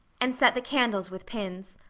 and set the candles with pins.